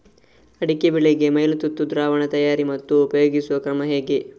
ಅಡಿಕೆ ಬೆಳೆಗೆ ಮೈಲುತುತ್ತು ದ್ರಾವಣ ತಯಾರಿ ಮತ್ತು ಉಪಯೋಗಿಸುವ ಕ್ರಮ ಹೇಗೆ?